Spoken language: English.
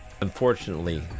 Unfortunately